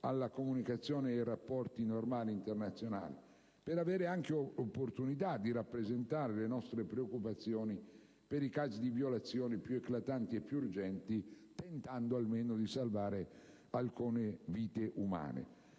alla comunicazione ed ai rapporti normali internazionali, per avere anche opportunità di rappresentare le nostre preoccupazioni per i casi di violazione più urgenti ed eclatanti, nel tentativo almeno di salvare alcune vite umane.